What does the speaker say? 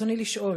רצוני לשאול: